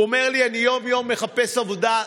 והוא אומר לי: אני יום-יום מחפש עבודה,